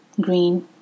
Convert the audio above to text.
green